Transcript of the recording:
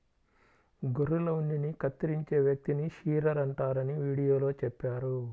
గొర్రెల ఉన్నిని కత్తిరించే వ్యక్తిని షీరర్ అంటారని వీడియోలో చెప్పారు